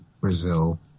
Brazil